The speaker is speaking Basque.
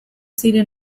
ziren